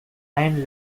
iron